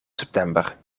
september